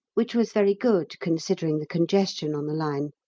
which was very good, considering the congestion on the line.